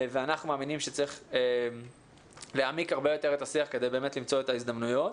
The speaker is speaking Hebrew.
אנחנו מאמינים שצריך להעמיק הרבה יותר את השיח כדי למצוא את ההזדמנויות.